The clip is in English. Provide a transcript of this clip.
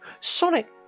Sonic